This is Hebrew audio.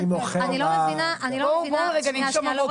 אני לא מבינה -- בואו רגע נשום עמוק,